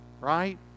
right